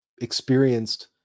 experienced